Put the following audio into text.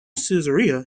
caesarea